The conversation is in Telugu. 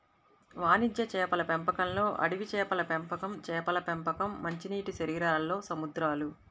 వాణిజ్య చేపల పెంపకంలోఅడవి చేపల పెంపకంచేపల పెంపకం, మంచినీటిశరీరాల్లో సముద్రాలు